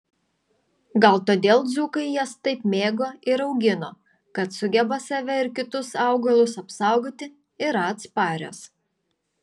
gal todėl dzūkai jas taip mėgo ir augino kad sugeba save ir kitus augalus apsaugoti yra atsparios